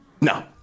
No